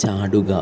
ചാടുക